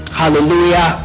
hallelujah